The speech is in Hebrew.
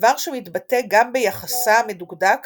דבר שמתבטא גם ביחסה המדוקדק